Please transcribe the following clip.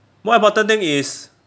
one important thing is